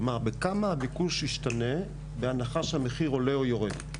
כלומר בכמה הביקוש ישתנה בהנחה שהמחיר עולה או יורד.